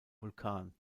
vulkan